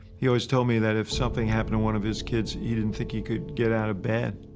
he always told me that if something happened to one of his kids, he didn't think he could get out of bed.